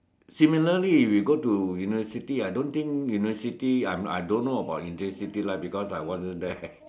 similarly you go to university I don't think university I don't know about university life because I wasn't there